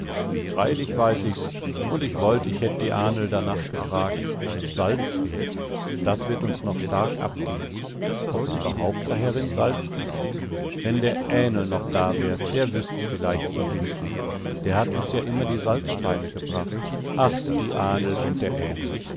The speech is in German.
freilich weiß ich's und ich wollt ich hätt die ahnl danach gefragt salz fehlt das wird uns noch stark abgehen ob's überhaupt da herin salz gibt wenn der ähnl noch da wär der wüßt's vielleicht zu finden der hat uns ja immer die salzsteine gebracht ach die ahnl und der